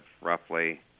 roughly